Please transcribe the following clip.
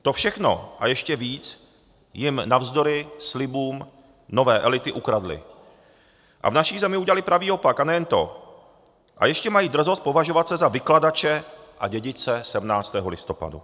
To všechno a ještě víc jim navzdory slibům nové elity ukradly a v naší zemi udělaly pravý opak a nejen to, a ještě mají drzost považovat se za vykladače a dědice 17. listopadu.